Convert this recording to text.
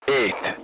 eight